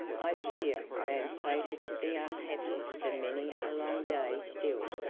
i fear i am fated to be unhappy for many a long day still.